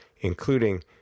including